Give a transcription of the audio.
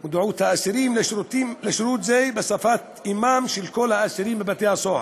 האסירים לשירות זה בשפת אמם של כל האסירים בבתי-הסוהר: